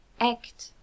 Act